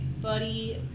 buddy